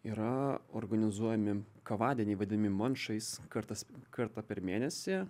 yra organizuojami kavadieniai vadinami manšais kartas kartą per mėnesį